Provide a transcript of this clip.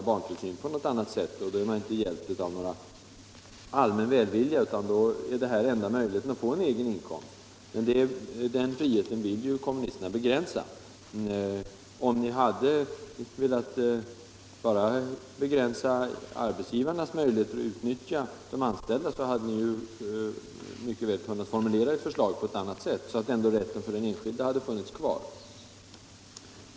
I barntillsyn på något annat sätt. Då är de inte hjälpta av någon allmän = Jämställdhetsfrågor välvilja, utan då är deltidsarbete av det här slaget den enda möjligheten = m.m. för den ena föräldern att få en egen inkomst. Men den friheten vill kommunisterna begränsa. Om ni bara hade velat begränsa arbetsgivarnas möjligheter att utnyttja de anställda, hade ni kunnat formulera ert förslag så att den enskildes frihet hade funnits kvar.